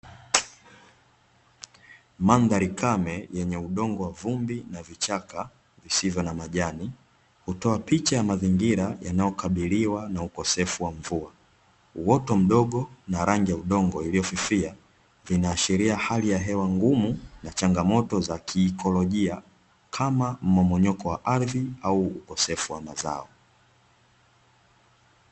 Mandhari kame yenye udongo wa vumbi na vichaka visivyo na majani, hutoa picha ya mazingira yanayokabiliwa na ukosefu wa mvua. Uoto mdogo na rangi ya udongo iliyofifia, vinaashiria hali ya hewa ngumu na changamoto za kiikolojia kama mmomonyoko wa ardhi au ukosefu wa mazao.